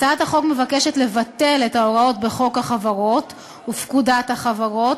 הצעת החוק מבקשת לבטל את ההוראות בחוק החברות ופקודת החברות